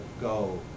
go